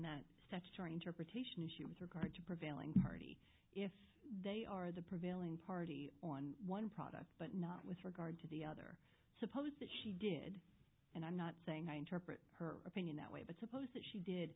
second term protection issue with regard to prevailing party if they are the prevailing party on one product but not with regard to the other suppose that she did and i'm not saying i interpret her opinion that way but those that she did